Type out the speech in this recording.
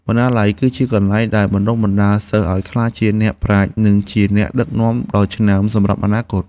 បណ្ណាល័យ គឺជាកន្លែងដែលបណ្តុះបណ្តាលសិស្សឱ្យក្លាយជាអ្នកប្រាជ្ញ និងជាអ្នកដឹកនាំដ៏ឆ្នើមសម្រាប់អនាគត។